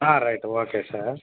ah right okay sir